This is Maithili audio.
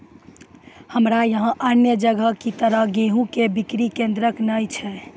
हमरा यहाँ अन्य जगह की तरह गेहूँ के बिक्री केन्द्रऽक नैय छैय?